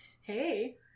Hey